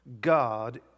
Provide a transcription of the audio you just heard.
God